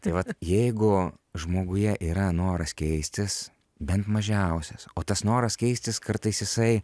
tai vat jeigu žmoguje yra noras keistis bent mažiausias o tas noras keistis kartais jisai